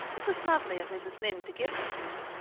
it was lovely of mrs. lynde to give them to me.